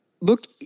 look